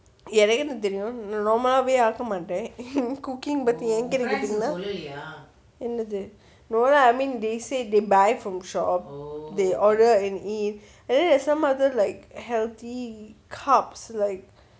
எனக்கு என்ன தெரியும் நா:enakku enna teriyum naa normal ah வே ஆக்க மாட்டேன்:ve aakka matten cooking பத்தி என்கிட்ட கேட்டா:pathi enkitta ketta no lah I mean they said they buy from shop they order and eat and then there is some other like healthy carbs like